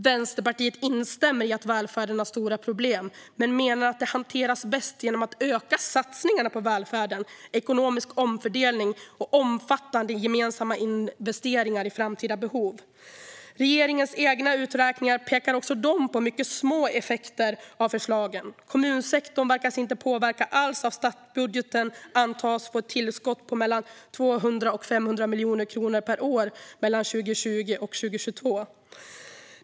Vänsterpartiet instämmer i att välfärden har stora problem men menar att de hanteras bäst genom ökade satsningar på välfärden, ekonomisk omfördelning och omfattande gemensamma investeringar i framtida behov. Regeringens egna uträkningar pekar också de på mycket små effekter av förslagen. Kommunsektorn verkar inte påverkas alls, och statsbudgeten antas få ett tillskott på mellan 200 och 500 miljoner kronor per år mellan 2020 och 2022.